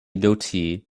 goatee